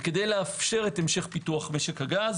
כדי לאפשר את המשך פיתוח משק הגז